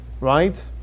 right